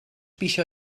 pixa